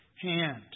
hand